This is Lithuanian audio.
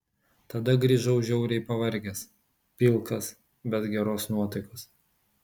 tada grįžau žiauriai pavargęs pilkas bet geros nuotaikos